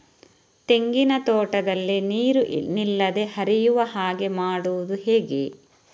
ತೆಂಗಿನ ತೋಟದಲ್ಲಿ ನೀರು ನಿಲ್ಲದೆ ಹರಿಯುವ ಹಾಗೆ ಮಾಡುವುದು ಹೇಗೆ?